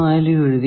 value എഴുതി